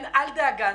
אל דאגה.